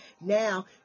now